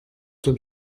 den